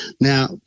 Now